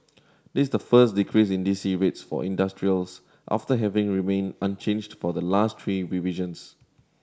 this the first decrease in D C rates for industrials after having remained unchanged for the last three revisions